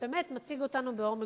באמת מציג אותנו באור מגוחך.